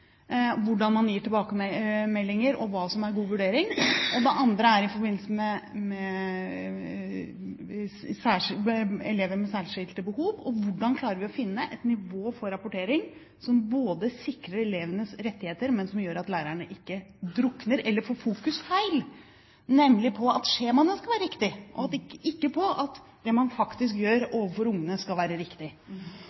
hvordan man gir tilbakemeldinger og hva som er god vurdering – og i forbindelse med elever med særskilte behov? Hvordan klarer vi å finne et nivå for rapportering som både sikrer elevenes rettigheter, og som gjør at lærerne ikke drukner eller får feil fokus, nemlig på at skjemaene skal være riktige, ikke på at det man faktisk gjør